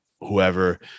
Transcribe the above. whoever